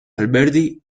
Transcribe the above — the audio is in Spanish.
alberdi